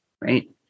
right